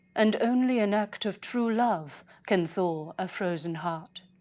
and only an act of true love can thaw a frozen heart.